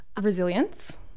resilience